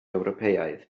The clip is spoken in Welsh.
ewropeaidd